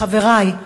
חברי,